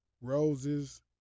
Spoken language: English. roses